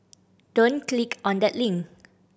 don't click on that link